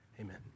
Amen